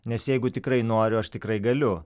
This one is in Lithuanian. nes jeigu tikrai noriu aš tikrai galiu